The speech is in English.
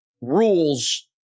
rules